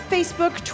Facebook